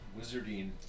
Wizarding